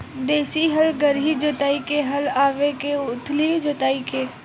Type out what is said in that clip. देशी हल गहरी जोताई के हल आवे के उथली जोताई के?